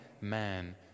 man